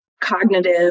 cognitive